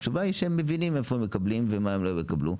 התשובה היא שהם מבינים איפה הם מקבלים ומה הם לא יקבלו,